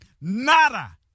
Nada